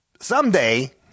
someday